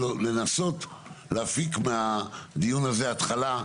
מהדירות הגרועות שבאמת הוזנחו הרבה שנים,